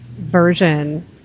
version